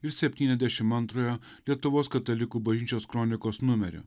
ir septyniasdešim antrojo lietuvos katalikų bažnyčios kronikos numerio